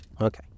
okay